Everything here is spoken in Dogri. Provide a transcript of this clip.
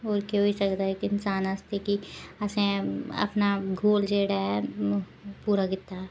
होर के होई सकदा के इन्सान आस्तै के असें आपना गोल जह्ड़ा पूरा कीता